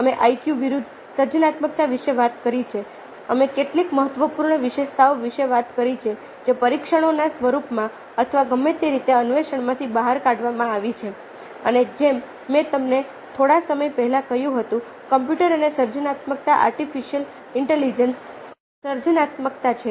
અમે IQ વિરુદ્ધ સર્જનાત્મકતા વિશે વાત કરી છે અમે કેટલીક મહત્વપૂર્ણ વિશેષતાઓ વિશે વાત કરી છે જે પરીક્ષણોના સ્વરૂપમાં અથવા ગમે તે રીતે અન્વેષણમાંથી બહાર કાઢવામાં આવી છે અને જેમ મેં તમને થોડા સમય પહેલા કહ્યું હતું કમ્પ્યુટર અને સર્જનાત્મકતા આર્ટિફિશિયલ ઇન્ટેલિજન્સ સર્જનાત્મકતા છે